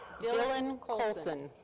dylan kolson.